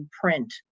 print